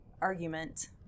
Argument